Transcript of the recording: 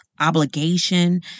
obligation